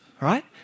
right